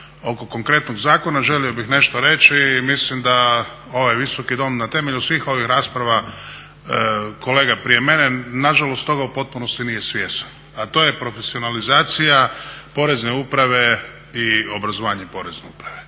oko konkretnog zakona želio bih nešto reći i mislim da ovaj Visoki dom na temelju svih ovih rasprava kolega prije mene na žalost toga u potpunosti nije svjestan, a to je profesionalizacija Porezne uprave i obrazovanja Porezne uprave.